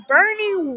Bernie